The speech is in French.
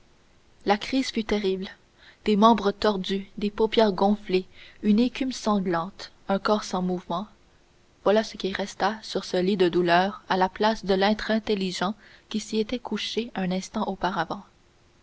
la crise fut terrible des membres tordus des paupières gonflées une écume sanglante un corps sans mouvement voilà ce qui resta sur ce lit de douleur à la place de l'être intelligent qui s'y était couché un instant auparavant